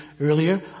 earlier